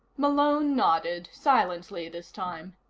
malone nodded, silently this time.